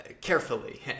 carefully